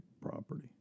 property